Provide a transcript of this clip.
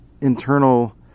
internal